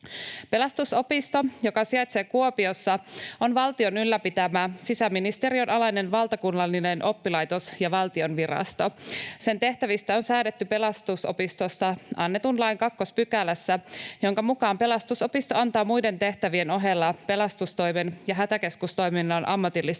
Pelastusopisto, joka sijaitsee Kuopiossa, on valtion ylläpitämä sisäministeriön alainen valtakunnallinen oppilaitos ja valtion virasto. Sen tehtävistä on säädetty Pelastusopistosta annetun lain kakkospykälässä, jonka mukaan Pelastusopisto antaa muiden tehtävien ohella pelastustoimen ja hätäkeskustoiminnan ammatillista